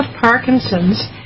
Parkinson's